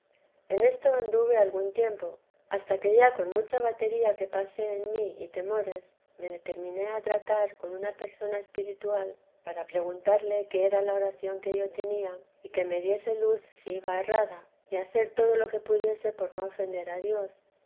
en esto anduve algún tiempo hasta que ya con f vida i t la santa m vdre mucha batería que pasé en mí y temores me determiné a tratar con una persona espiritual para preguntarle qué era la oración que yo tenía y que me diese luz si iba errada y hacer todo lo que pudiese por no ofender a dios